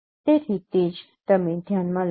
તેથી તે જ તમે ધ્યાનમાં લેશો